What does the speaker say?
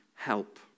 help